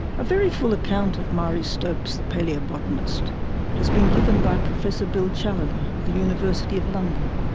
a very full account of marie stopes the palaeobotanist has been given by professor bill chaloner of the university of london.